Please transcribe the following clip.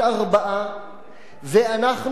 ואנחנו צריכים באמת,